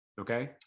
Okay